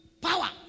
power